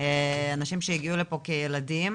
אנשים שהגיעו לפה כילדים